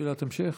שאלת המשך.